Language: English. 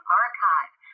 archive